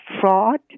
fraud